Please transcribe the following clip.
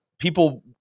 people